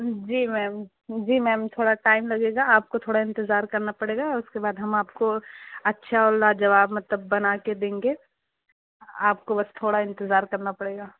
جی ma'am جی ma'am تھوڑا time لگے گا آپ کو تھوڑا انتظار کرنا پڑے گا اس کے بعد ہم آپ کو اچھا والا جواب مطلب بنا کے دیں گے آپ کو بس تھوڑا انتظار کرنا پڑے گا